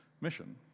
mission